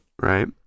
right